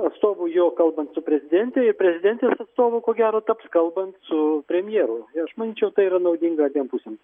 atstovu jo kalbant su prezidente prezidentės atstovu ko gero taps kalbant su premjeru aš manyčiau tai yra naudinga abiem pusėm